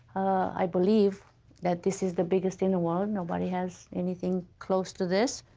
i believe that this is the biggest in the world, nobody has anything close to this.